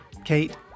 Kate